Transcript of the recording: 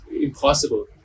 impossible